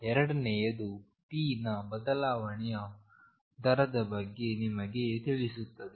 ಎರಡನೆಯದು p ನ ಬದಲಾವಣೆಯ ದರದ ಬಗ್ಗೆ ನಿಮಗೆ ತಿಳಿಸುತ್ತದೆ